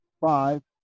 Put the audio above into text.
five